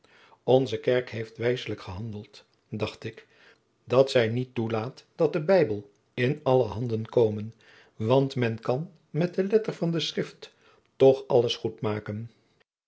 onze kerk heeft wijslijk gehandeld dacht ik dal zij niet toelaat dat de bijbel in alle handen komen want men kan met de letter van de schrift toch alles goed maken